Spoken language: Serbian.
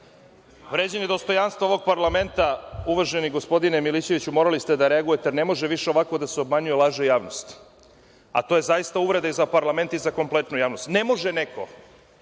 vređanje dostojanstva ovog parlamenta uvaženi gospodine Milićeviću. Morali ste da reagujete, jer ne može više ovako da se obmanjuje i laže javnost. To je zaista uvreda i za parlament i za kompletnu javnost. Ne može neko